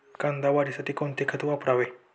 कांदा वाढीसाठी कोणते खत वापरावे?